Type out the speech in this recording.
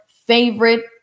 favorite